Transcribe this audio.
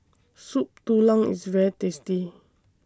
Soup Tulang IS very tasty